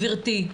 גברתי,